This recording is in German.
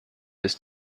ist